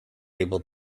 able